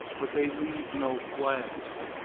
but they leave no class.